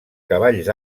cavalls